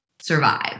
survive